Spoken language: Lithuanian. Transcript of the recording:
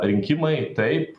rinkimai taip